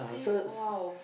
are you !wow!